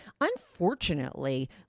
Unfortunately